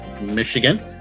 Michigan